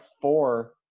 four